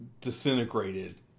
disintegrated